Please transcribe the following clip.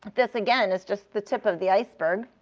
this, again, is just the tip of the iceberg.